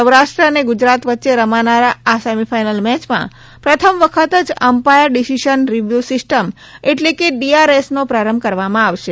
સૌરાષ્ટ્ર અને ગુજરાત વચ્ચે રમનારા આ સેમિફાઈનલ મેચમાં પ્રથમ વખત જ અમ્પાયર ડિસિશન રીવ્યુ સિસ્ટમ એટલે કે ડીઆરએસનો પ્રારંભ કરવામાં આવશે